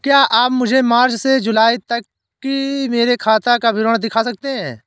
क्या आप मुझे मार्च से जूलाई तक की मेरे खाता का विवरण दिखा सकते हैं?